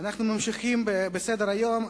אנחנו ממשיכים בסדר-היום.